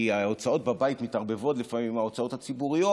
כי ההוצאות בבית מתערבבות לפעמים עם ההוצאות הציבוריות.